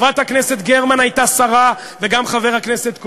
חברת הכנסת גרמן הייתה שרה וגם חבר הכנסת כהן,